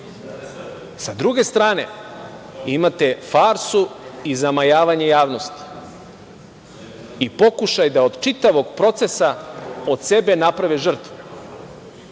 druge strane, imate farsu i zamajavanje javnosti i pokušaj da od čitavog procesa od sebe naprave žrtvu